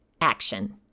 action